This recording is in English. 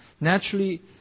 naturally